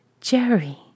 Jerry